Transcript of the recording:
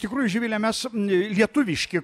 tikrųjų živile mes lietuviški